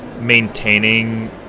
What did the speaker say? maintaining